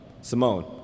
Simone